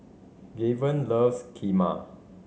Gaven loves Kheema